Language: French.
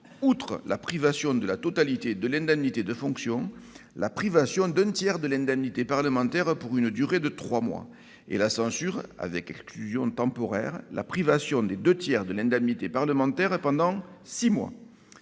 outre la privation de la totalité de l'indemnité de fonction, la privation d'un tiers de l'indemnité parlementaire pour une durée de trois mois, et la censure avec exclusion temporaire la privation de deux tiers de l'indemnité parlementaire pendant six mois.